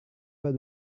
pas